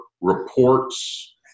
reports